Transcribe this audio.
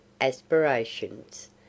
aspirations